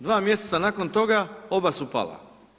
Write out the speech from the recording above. Dva mjeseca nakon toga, oba su pala.